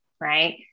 right